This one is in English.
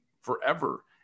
forever